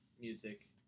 music